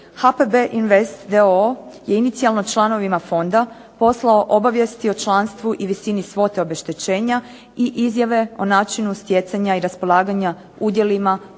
HPB Invest d.o.o. je inicijalno članovima fonda je poslao obavijest o članstvu i visini svote obeštećenja i izjave o načinu stjecanja i raspolaganja udjelima u